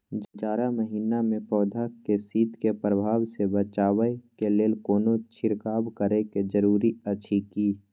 जारा महिना मे पौधा के शीत के प्रभाव सॅ बचाबय के लेल कोनो छिरकाव करय के जरूरी अछि की?